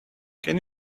can